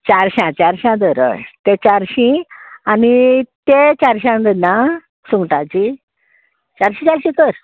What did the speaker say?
चारशीं आनी तें चारशां धर हय तें चारशीं आनी ते चारश्यां धर ना सुंगटाची चारशीं चारशीं कर